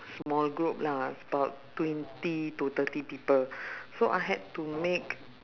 small group lah about twenty to thirty people so I had to make